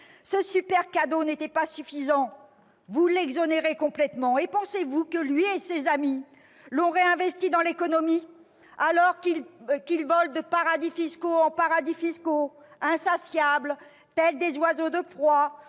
Ce super cadeau n'était pas suffisant : vous l'exonérez complètement. Pensez-vous que lui et ses amis ont réinvesti cet argent dans l'économie, alors qu'ils volent de paradis fiscal en paradis fiscal, insatiables, tels des oiseaux de proie,